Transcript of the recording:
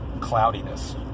cloudiness